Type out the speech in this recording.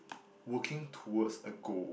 working towards a goal